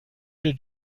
did